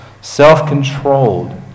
self-controlled